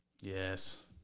Yes